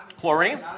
Chlorine